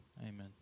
amen